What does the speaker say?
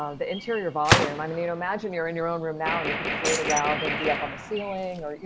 ah the interior volume. i mean, you know, imagine you're in your own room now and you could float around and be up on the ceiling or,